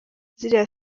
ziriya